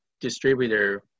distributor